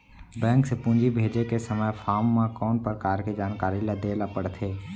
Bank से पूंजी भेजे के समय फॉर्म म कौन परकार के जानकारी ल दे ला पड़थे?